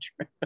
true